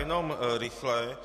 Jenom rychle.